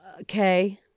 okay